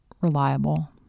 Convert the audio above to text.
reliable